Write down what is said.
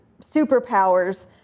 superpowers